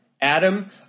Adam